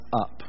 up